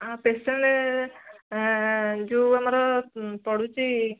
ଆଉ ପେସେଣ୍ଟ୍ ଯେଉଁ ଆମର ପଡ଼ୁଛି